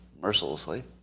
mercilessly